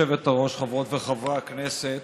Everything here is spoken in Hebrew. גברתי היושבת-ראש, חברות וחברי הכנסת,